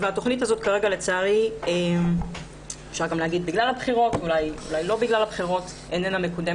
2019. 70% מהניצולים ומנפגעי ההתנכלויות מקבלים